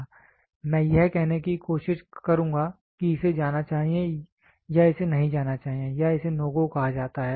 मैं यह कहने की कोशिश करुंगा कि इसे जाना चाहिए या इसे नहीं जाना चाहिए या इसे NO GO कहा जाता है